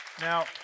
Now